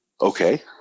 Okay